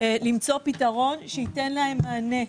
למצוא פתרון שייתן להם מענה,